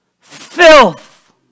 Filth